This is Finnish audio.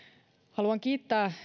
haluan kiittää